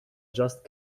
just